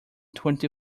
twenty